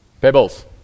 pebbles